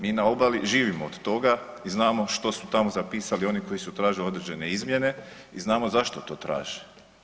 Mi na obali živimo od toga i znamo što su tamo zapisali oni koji su tražili određene izmjene i znamo zašto to traže.